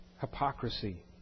hypocrisy